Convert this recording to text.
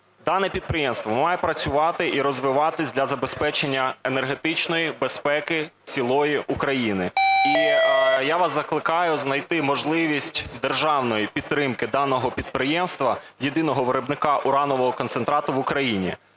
Дане підприємство має працювати і розвиватися для забезпечення енергетичної безпеки цілої України, і я вас закликаю знайти можливість державної підтримки даного підприємства – єдиного виробника уранового концентрату в Україні.